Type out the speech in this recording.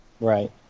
Right